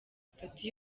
itatu